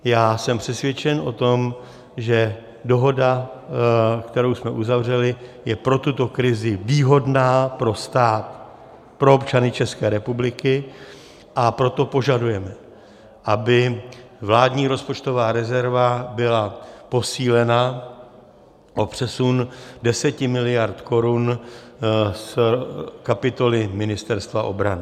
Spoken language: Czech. Já jsem přesvědčen o tom, že dohoda, kterou jsme uzavřeli, je pro tuto krizi výhodná pro stát, pro občany České republiky, a proto požadujeme, aby vládní rozpočtová rezerva byla posílena o přesun 10 mld. korun z kapitoly Ministerstva obrany.